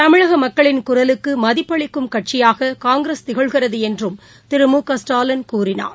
தமிழகமக்களின் குரலுக்குமதிப்பளிக்கும் கட்சியாககாங்கிரஸ் திகழ்கிறதுஎன்றும் திரு மு க ஸ்டாலின் கூறினார்